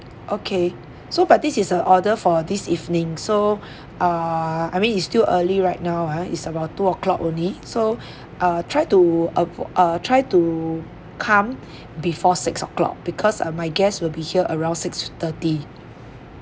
okay so but this is a order for this evening so err I mean it's still early right now ah is about two O clock only so uh try to av~ uh try to come before six o'clock because uh my guest will be here around six thirty